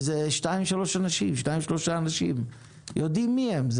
מדובר בשניים-שלושה אנשים ויודעים מי הם.